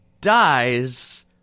dies